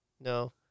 No